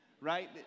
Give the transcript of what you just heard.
right